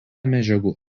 medžiagų